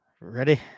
Ready